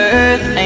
Earth